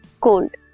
cold